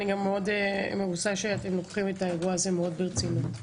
אני גם מאוד מרוצה שאתם לוקחים את האירוע הזה מאוד ברצינות,